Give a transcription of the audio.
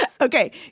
Okay